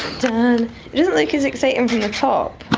it doesn't look as exciting from the top.